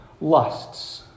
lusts